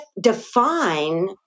define